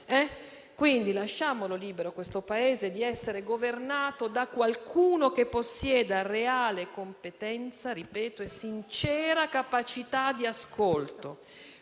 persone. Lasciamo libero questo Paese di essere governato da qualcuno che possieda reale competenza - ripeto - e sincera capacità di ascolto;